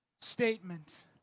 statement